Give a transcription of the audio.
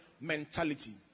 mentality